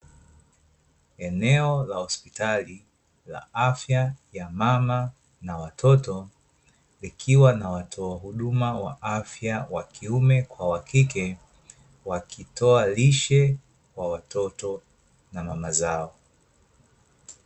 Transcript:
Eneo la hospitali la afya ya mama na watoto, likiwa na watoa huduma wa afya wa kiume kwa wa kike, wakitoa lishe kwa watoto na mama zao.